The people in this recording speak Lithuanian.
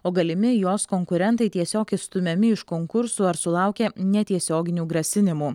o galimi jos konkurentai tiesiog išstumiami iš konkursų ar sulaukė netiesioginių grasinimų